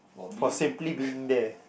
for simply being there